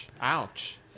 Ouch